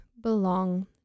belong